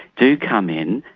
do come in.